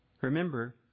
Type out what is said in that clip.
Remember